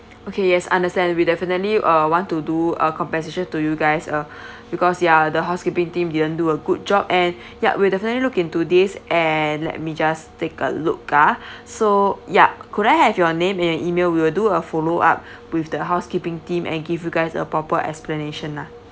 okay yes understand we'll definitely uh want to do a compensation to you guys uh because ya the housekeeping team didn't do a good job and ya we'll definitely look into this and let me just take a look ah so ya could I have your name and email we will do a follow up with the housekeeping team and give you guys a proper explanation lah